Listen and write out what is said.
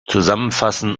zusammenfassen